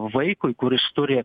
vaikui kuris turi